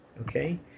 okay